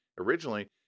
originally